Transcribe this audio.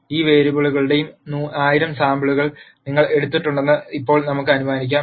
ഈ വേരിയബിളുകളുടെ 1000 സാമ്പിളുകൾ നിങ്ങൾ എടുത്തിട്ടുണ്ടെന്ന് ഇപ്പോൾ നമുക്ക് അനുമാനിക്കാം